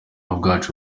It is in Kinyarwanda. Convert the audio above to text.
bwacu